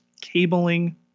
cabling